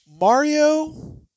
Mario